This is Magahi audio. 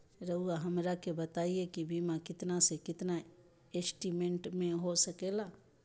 रहुआ हमरा के बताइए के बीमा कितना से कितना एस्टीमेट में हो सके ला?